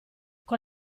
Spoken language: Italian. con